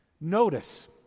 Notice